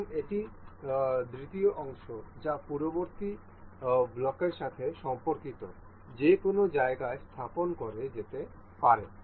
এবং এটি দ্বিতীয় অংশ যা পূর্ববর্তী ব্লকের সাথে সম্পর্কিত যে কোনও জায়গায় স্থাপন করা যেতে পারে